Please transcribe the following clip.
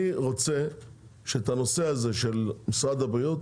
אני רוצה שתפתרו כמה שיותר מהר את הנושא הזה של משרד הבריאות,